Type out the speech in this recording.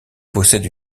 possède